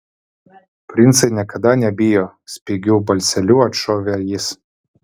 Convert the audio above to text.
princai niekada nebijo spigiu balseliu atšovė jis